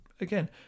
Again